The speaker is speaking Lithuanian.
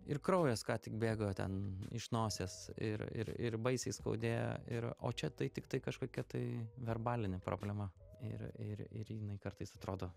ir kraujas ką tik bėgo ten iš nosies ir ir ir baisiai skaudėjo ir o čia tai tiktai kažkokia tai verbalinė problema ir ir ir jinai kartais atrodo